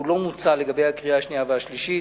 הוא לא מוצה לגבי הקריאה השנייה והשלישית.